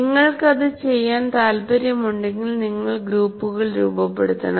നിങ്ങൾക്കത് ചെയ്യാൻ താൽപ്പര്യമുണ്ടെങ്കിൽ നിങ്ങൾ ഗ്രൂപ്പുകൾ രൂപപ്പെടുത്തണം